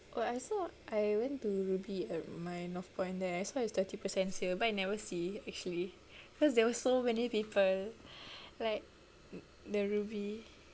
oh I saw I went to Rubi at my northpoint there I saw it's thirty percent sale but I never see actually cause there was so many people like the rubi